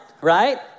right